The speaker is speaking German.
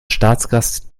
staatsgast